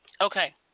Okay